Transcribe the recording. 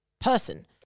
person